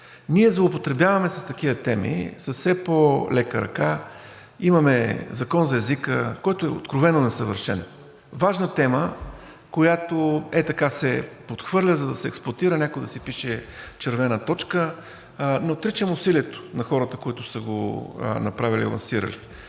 Ние злоупотребяваме с такива теми с все по-лека ръка. Имаме Закон за езика, който откровено е несъвършен. Важна тема, която ей така се подхвърля, за да се експлоатира, някой да си пише червена точка. Не отричам усилието на хората, които са го направили и лансирали,